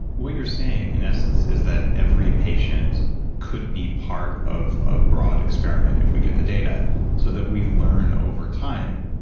what you're saying in essence is that every patient could be part of a broad experiment if we get the data so that we learn over time?